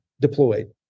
deployed